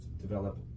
develop